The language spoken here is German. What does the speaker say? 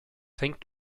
hängt